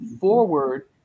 Forward